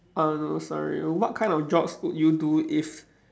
uh know sorry what kind of jobs would you do if